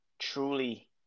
Truly